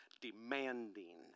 demanding